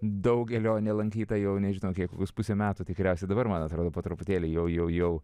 daugelio nelankyta jau nežinau kiek pusę metų tikriausiai dabar man atrodo po truputėlį jau jau jau